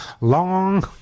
long